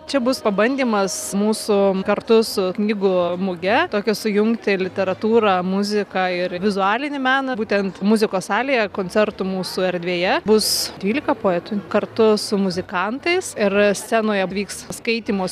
čia bus pabandymas mūsų kartu su knygų muge tokia sujungti literatūrą muziką ir vizualinį meną būtent muzikos salėje koncertų mūsų erdvėje bus dvylika poetų kartu su muzikantais ir scenoje vyks skaitymo